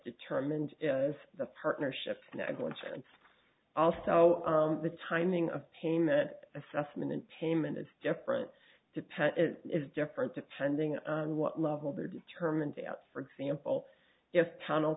determined as the partnership negligence and also the timing of pain that assessment payment is different to pet it is different depending on what level they're determined to out for example if tunnel